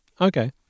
Okay